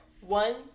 one